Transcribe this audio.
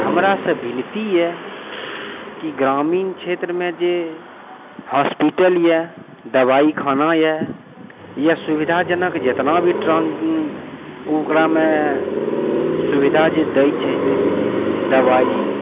हमरासँ विनती अइ की ग्रामीण क्षेत्रमे जे हॉस्पिटल अइ दवाइखाना अइ या सुविधाजनक जतना भी ओकरामे सुविधा जे दै छथिन दवाइ